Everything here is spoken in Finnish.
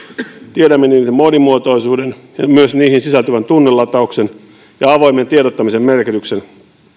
tiedämme niiden monimuotoisuuden ja myös niihin sisältyvän tunnelatauksen ja avoimen tiedottamisen merkityksen